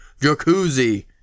Jacuzzi